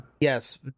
yes